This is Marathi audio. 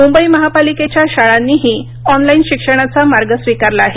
मुंबई महापालिकेच्या शाळांनीही ऑनलाइन शिक्षणाचा मार्ग स्वीकारला आहे